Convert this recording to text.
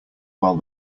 while